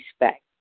respect